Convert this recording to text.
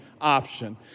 option